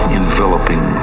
enveloping